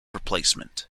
replacement